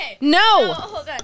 No